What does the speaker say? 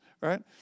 Right